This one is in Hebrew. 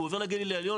הוא עובר לגליל העליון,